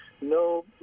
no